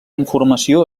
informació